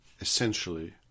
essentially